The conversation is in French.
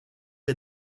est